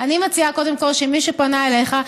אני מציעה קודם כול שמי שפנו אליך,